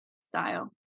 style